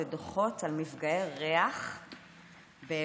אלה דוחות על מפגעי ריח באילת,